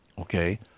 Okay